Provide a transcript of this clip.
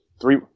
Three